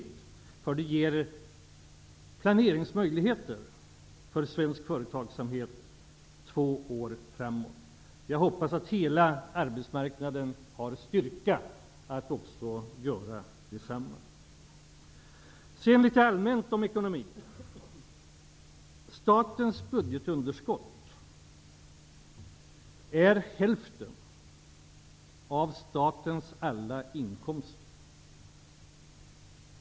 Jag hoppas att hela arbetsmarknaden har styrka att göra detsamma. Det ger planeringsmöjligheter för svensk företagsamhet två år framöver. Allmänt några ord om ekonomin. Statens budgetunderskott är hälften av statens alla inkomster.